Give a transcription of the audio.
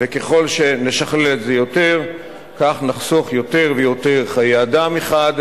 וככל שנשכלל את זה יותר כך נחסוך יותר ויותר חיי אדם מחד